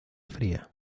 fría